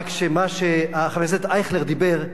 רק מה שחבר הכנסת אייכלר דיבר,